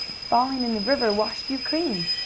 falling in the river washed you clean.